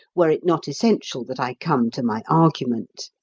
were it not essential that i come to my argument.